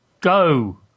Go